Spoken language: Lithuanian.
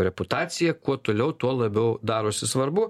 reputacija kuo toliau tuo labiau darosi svarbu